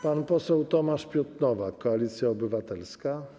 Pan poseł Tomasz Piotr Nowak, Koalicja Obywatelska.